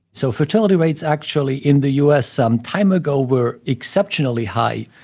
so, fertility rates actually in the u s. some time ago were exceptionally high,